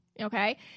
Okay